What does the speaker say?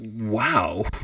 Wow